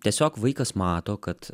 tiesiog vaikas mato kad